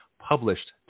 published